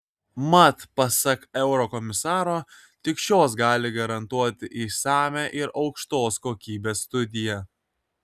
mat pasak eurokomisaro tik šios gali garantuoti išsamią ir aukštos kokybės studiją